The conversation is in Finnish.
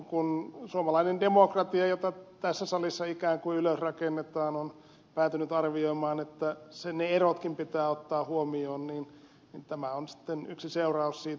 kun suomalainen demokratia jota tässä salissa ikään kuin ylösrakennetaan on päätynyt arvioimaan että ne erotkin pitää ottaa huomioon niin tämä on sitten yksi seuraus siitä